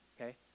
okay